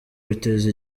biteza